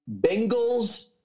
Bengals